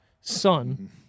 son